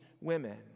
women